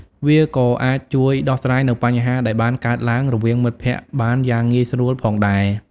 វាក៏អាចជួយដោះស្រាយនូវបញ្ហាដែលបានកើតឡើងរវាងមិត្តភក្តិបានយ៉ាងងាយស្រួលផងដែរ។